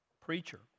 preacher